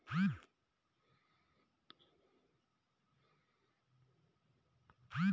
लाभनिरपेक्ष फाउन्डेशन बहुत बार सीधे जरूरतमन्द परिवारों तक मदद पहुंचाते हैं